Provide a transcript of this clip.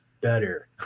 better